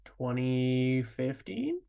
2015